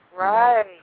right